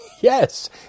Yes